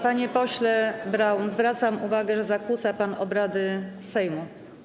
Panie pośle Braun, zwracam uwagę, że zakłóca pan obrady Sejmu.